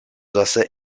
wasser